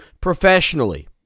professionally